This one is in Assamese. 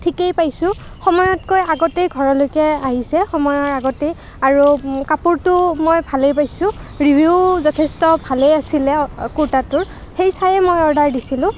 ঠিকেই পাইছোঁ সময়তকৈ আগতেই ঘৰলৈকে আহিছে সময়ৰ আগতে আৰু কাপোৰটোও মই ভালেই পাইছোঁ ৰীভিউ যথেষ্ট ভালেই আছিলে কুৰ্তাটোৰ সেই চাইয়েই মই অৰ্ডাৰ দিছিলোঁ